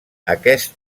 aquest